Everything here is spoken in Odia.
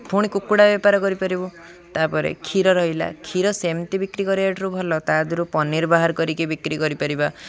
ପୁଣି କୁକୁଡ଼ା ବେପାର କରିପାରିବୁ ତାପରେ କ୍ଷୀର ରହିଲା କ୍ଷୀର ସେମିତି ବିକ୍ରି କରିବାଠୁ ଭଲ ତା' ଦେହରୁ ପନିର ବାହାର କରିକି ବିକ୍ରି କରିପାରିବା